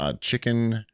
chicken